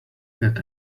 get